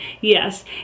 Yes